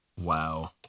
Wow